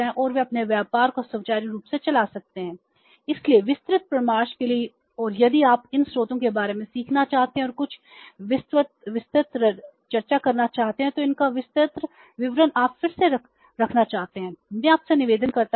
और वे अपने व्यापार को सुचारू रूप से चला सकते हैं इसलिए विस्तृत परामर्श के लिए और यदि आप इन स्रोतों के बारे में सीखना चाहते हैं और कुछ विस्तृत चर्चा करना चाहते हैं तो इनका विस्तृत विवरण आप फिर से रखना चाहते हैं मैं आपसे निवेदन करना चाहता हूं